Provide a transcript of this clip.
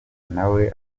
nawe